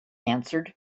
answered